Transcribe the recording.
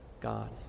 God